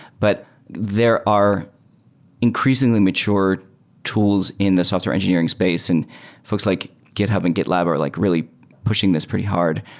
but there are increasingly mature tools in the software engineering space and folks like github and gitlab are like really pushing this pretty hard.